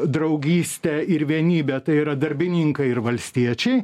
draugystę ir vienybę tai yra darbininkai ir valstiečiai